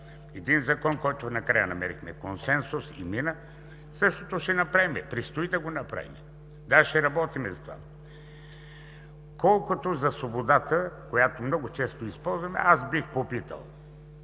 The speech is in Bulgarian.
един закон, по който накрая намерихме консенсус, и мина, същото ще направим, предстои да го направим, даже ще работим за това. Колкото за свободата, която много често използваме, аз бих попитал